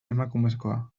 emakumezkoa